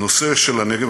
הנושא של הנגב,